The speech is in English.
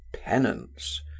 penance